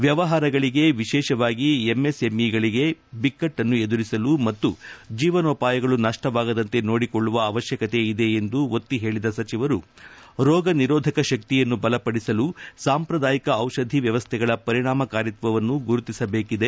ವ್ಯವಹಾರಗಳಿಗೆ ವಿಶೇಷವಾಗಿ ಎಂಎಸ್ಎಂಇಗಳಿಗೆ ಬಿಕ್ಕಟ್ಟನ್ನು ಎದುರಿಸಲು ಮತ್ತು ಜೀವನೋಪಾಯಗಳು ನಪ್ಪವಾಗದಂತೆ ನೋಡಿಕೊಳ್ಳುವ ಅವಶ್ಯಕತೆಯಿದೆ ಎಂದು ಒತ್ತಿ ಹೇಳಿದ ಸಚಿವರು ರೋಗ ನಿರೋಧಕ ಶಕ್ತಿಯನ್ನು ಬಲಪಡಿಸಲು ಸಾಂಪ್ರದಾಯಿಕ ದಿಷಧಿ ವ್ಯವಸ್ಥೆಗಳ ಪರಿಣಾಮಕಾರಿತ್ವವನ್ನು ಗುರುತಿಸಬೇಕಿದೆ